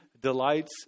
delights